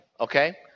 okay